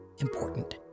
important